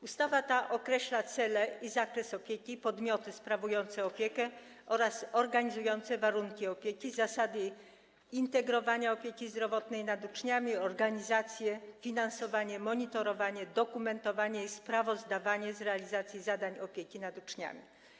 Ustawa ta określa cele i zakres opieki, podmioty sprawujące opiekę oraz organizujące warunki opieki, zasady integrowania opieki zdrowotnej nad uczniami, organizacje, finansowanie, monitorowanie, dokumentowanie i sprawozdawanie z realizacji zadań opieki nad uczniami.